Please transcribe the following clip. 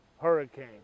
hurricane